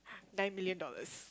nine million dollars